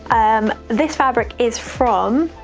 um this fabric is from,